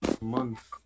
month